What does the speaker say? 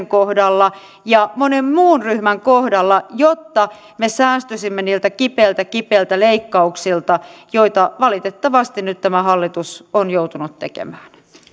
kohdalla ja monen muun ryhmän kohdalla jotta me säästyisimme niiltä kipeiltä kipeiltä leikkauksilta joita valitettavasti nyt tämä hallitus on joutunut tekemään